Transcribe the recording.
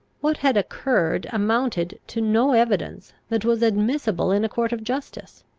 what had occurred amounted to no evidence that was admissible in a court of justice.